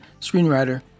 screenwriter